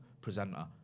presenter